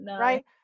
right